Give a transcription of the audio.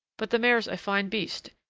but the mare's a fine beast,